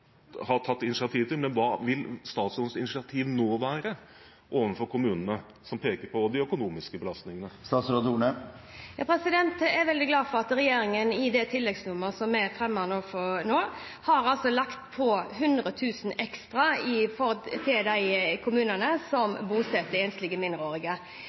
har tatt initiativ til, men hva vil statsrådens initiativ nå være overfor kommunene som peker på de økonomiske belastningene? Jeg er veldig glad for at regjeringen i det tilleggsnummeret som vi har fremmet, har lagt inn 100 000 kr ekstra til de kommunene som bosetter enslige mindreårige.